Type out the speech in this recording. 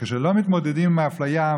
וכשלא מתמודדים עם האפליה,